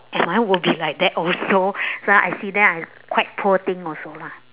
am I will be like that also so I see them like quite poor thing also lah